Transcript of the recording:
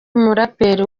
umuraperi